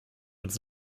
uns